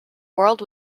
world